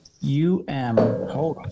U-M